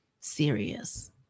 serious